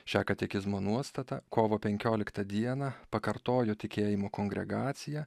šią katekizmo nuostatą kovo penkioliktą dieną pakartojo tikėjimo kongregacija